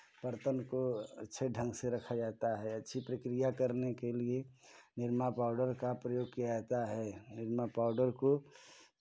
बर्तन को अच्छे ढंग से रखा जाता है अच्छी प्रक्रिया करने के लिये निरमा पाउडर का प्रयोग किया जाता है निरमा पाउडर को